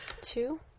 Two